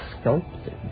sculpted